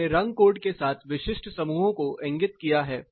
मैंने रंग कोड के साथ विशिष्ट समूहों को इंगित किया है